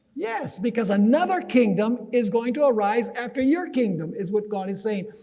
yes, because another kingdom is going to arise after your kingdom is what god is saying.